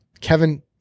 Kevin